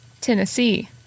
Tennessee